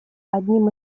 одним